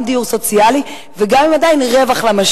גם עם דיור סוציאלי ועדיין גם עם רווח למשקיע.